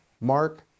Mark